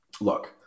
look